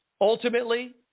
Ultimately